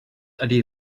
ydy